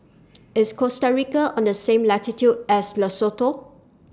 IS Costa Rica on The same latitude as Lesotho